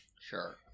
Sure